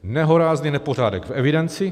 Nehorázný nepořádek v evidenci!